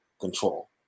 control